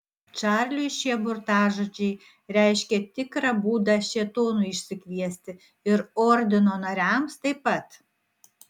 čarliui šie burtažodžiai reiškė tikrą būdą šėtonui išsikviesti ir ordino nariams taip pat